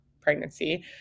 pregnancy